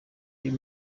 uyu